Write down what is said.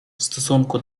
stosunku